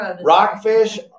rockfish